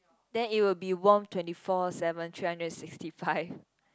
then it will be warm twenty four seven three hundred and sixty five